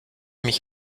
mich